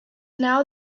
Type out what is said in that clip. now